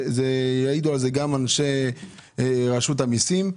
יעידו על כך גם אנשי רשות המיסים.